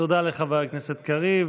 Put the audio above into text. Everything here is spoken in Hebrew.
תודה לחבר הכנסת קריב.